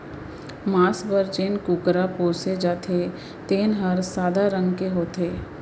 मांस बर जेन कुकरा पोसे जाथे तेन हर सादा रंग के होथे